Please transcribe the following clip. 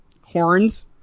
...horns